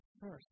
first